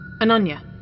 Ananya